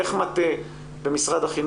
אני לא מצליח להבין איך מטה במשרד החינוך